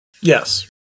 Yes